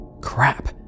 Crap